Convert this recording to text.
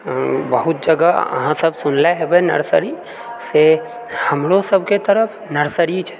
बहुत जगह अहाँसभ सुनले हेबय नर्सरी से हमरो सभके तरफ नर्सरी छै